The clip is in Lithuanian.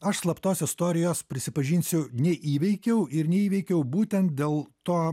aš slaptos istorijos prisipažinsiu neįveikiau ir neįveikiau būtent dėl to